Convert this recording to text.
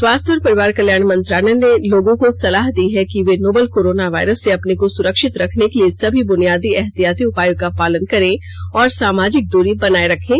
स्वास्थ्य और परिवार कल्याण मंत्रालय ने लोगों को सलाह दी है कि वे नोवल कोरोना वायरस से अपने को सुरक्षित रखने के लिए सभी बुनियादी एहतियाती उपायों का पालन करें और सामाजिक दूरी बनाए रखें